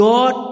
God